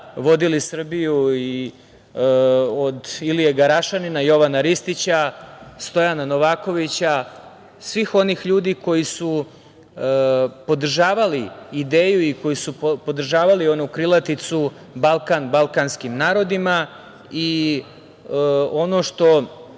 vodili Srbiju, od Ilije Garašanina, Jovana Ristića, Stojana Novakovića, svih onih ljudi koji su podržavali ideju i koji su podržavali onu krilaticu - Balkan balkanskim narodima. Ono što